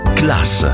class